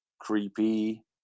creepy